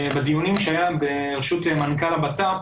בדיונים שהיו לנו בראשות מנכ"ל הבט"פ